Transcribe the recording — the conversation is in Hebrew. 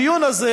הדיון הזה,